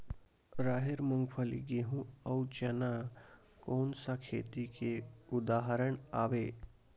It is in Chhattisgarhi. राहेर, मूंगफली, गेहूं, अउ चना कोन सा खेती के उदाहरण आवे?